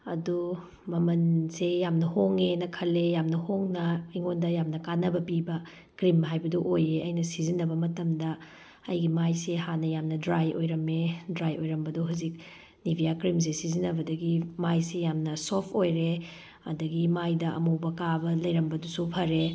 ꯑꯗꯨ ꯃꯃꯜꯁꯦ ꯌꯥꯝꯅ ꯍꯣꯡꯉꯦꯅ ꯈꯟꯂꯦ ꯌꯥꯝꯅ ꯍꯣꯡꯅ ꯑꯩꯉꯣꯟꯗ ꯌꯥꯝꯅ ꯀꯥꯟꯅꯕ ꯄꯤꯕ ꯀ꯭ꯔꯤꯝ ꯍꯥꯏꯕꯗꯣ ꯑꯣꯏꯌꯦ ꯑꯩꯅ ꯁꯤꯖꯤꯟꯅꯕ ꯃꯇꯝꯗ ꯑꯩꯒꯤ ꯃꯥꯏꯁꯦ ꯍꯥꯟꯅ ꯌꯥꯝꯅ ꯗ꯭ꯔꯥꯏ ꯑꯣꯏꯔꯝꯃꯦ ꯗ꯭ꯔꯥꯏ ꯑꯣꯏꯔꯝꯕꯗꯣ ꯍꯧꯖꯤꯛ ꯅꯤꯚꯤꯌꯥ ꯀ꯭ꯔꯤꯝꯁꯤ ꯁꯤꯖꯤꯟꯅꯕꯗꯒꯤ ꯃꯥꯏꯁꯤ ꯌꯥꯝꯅ ꯁꯣꯐ ꯑꯣꯏꯔꯦ ꯑꯗꯒꯤ ꯃꯥꯏꯗ ꯑꯃꯨꯕ ꯀꯥꯕ ꯂꯩꯔꯝꯕꯗꯨꯁꯨ ꯐꯔꯦ